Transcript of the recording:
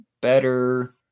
better